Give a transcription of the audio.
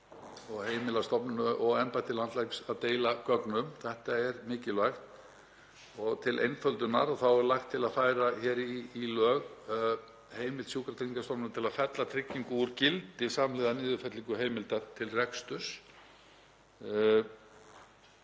og heimila stofnunum og embætti landlæknis að deila gögnum. Þetta er mikilvægt og til einföldunar er lagt til að færa í lög heimild sjúkratryggingastofnunarinnar til að fella tryggingu úr gildi samhliða niðurfellingu heimildar til reksturs.